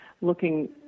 looking